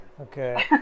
Okay